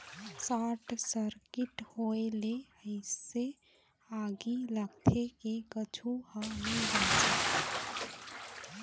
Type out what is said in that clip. short circuit होए ले अइसे आगी लगथे के कुछू ह नइ बाचय